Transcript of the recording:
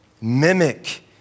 mimic